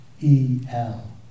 E-L